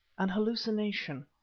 an hallucination.